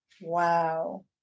Wow